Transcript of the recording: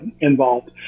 involved